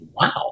wow